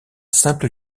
simple